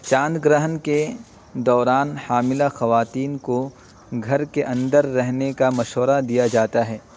چاند گرہن کے دوران حاملہ خواتین کو گھر کے اندر رہنے کا مشورہ دیا جاتا ہے